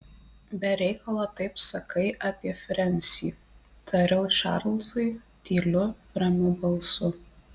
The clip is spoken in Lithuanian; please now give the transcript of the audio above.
be reikalo taip sakai apie frensį tariau čarlzui tyliu ramiu balsu